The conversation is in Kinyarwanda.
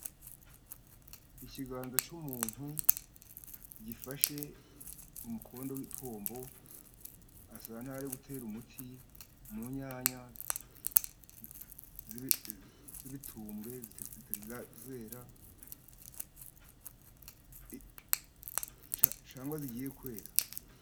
Ikiganza cy'umuntu gifashe umukondo w'ipombo asa n'aho ari gutera umuti mu nyanya z'ibitubwe zitari zera cyangwa zigiye kwera.